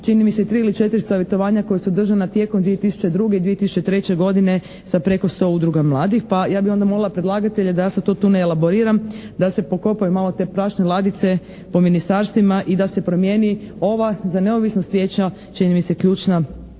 čini mi se, 3 ili 4 savjetovanja koja su održana tijekom 2002. i 2003. godine sa preko 100 udruga mladih. Pa ja bi onda molila predlagatelja da ja sad to tu ne elaboriram da se prokopaju malo te prašne ladice po ministarstvima i da se promijeni ova za neovisnost Vijeća čini mi se ključna,